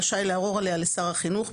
רשאי לערור עליה לשר החינוך,